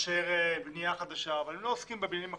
בניה חדשה ולא עוסקים בבניינים הקודמים.